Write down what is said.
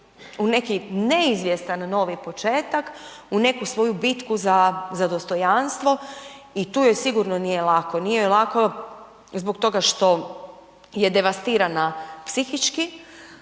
u neki neizvjestan novi početak, u neku svoju bitku za dostojanstvo i tu joj sigurno nije lako. Nije joj lako zbog toga što je devastirana psihički,